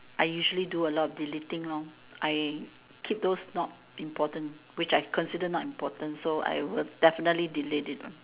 I usually do a lot of deleting lor I treat those not important which I consider not important so I will definitely delete it